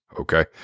okay